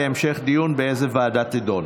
להמשך דיון באיזו ועדה תידון.